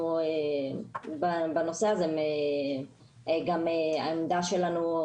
בנושא הזה העמדה שלנו,